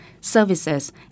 services